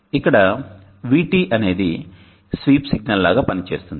ఇక్కడ VT అనేది sweep signal లాగా పనిచేస్తుంది